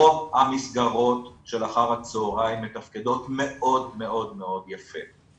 רוב המסגרות של אחר הצהריים מתפקדות מאוד מאוד יפה.